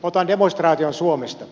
otan demonstraation suomesta